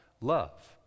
Love